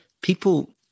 people